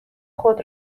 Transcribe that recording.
خود